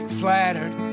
flattered